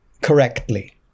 correctly